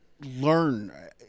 learn